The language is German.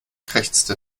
krächzte